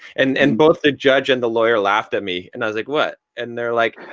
and and both the judge and lawyer laughed at me, and i was like, what? and they were like,